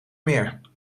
meer